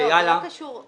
זה לא קשור לזה.